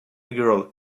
girl